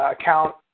account